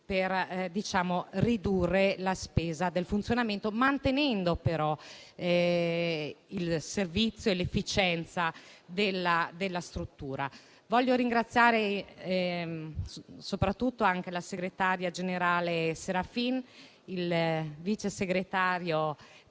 per ridurre la spesa di funzionamento, mantenendo però il servizio e l'efficienza della struttura. Vorrei ringraziare soprattutto la segretaria generale Serafin, il vice segretario